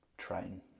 train